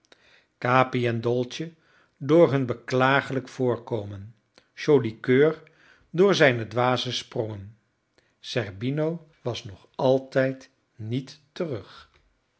capi en dolce door hun beklaaglijk voorkomen joli coeur door zijne dwaze sprongen zerbino was nog altijd niet terug